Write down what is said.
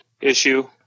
issue